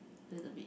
a little bit